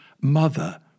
mother